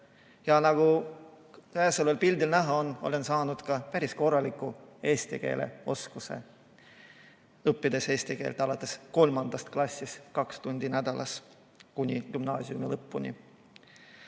Ja nagu käesoleval pildil näha on, olen saanud ka päris korraliku eesti keele oskuse, õppides eesti keelt alates kolmandast klassist kaks tundi nädalas kuni gümnaasiumi lõpuni.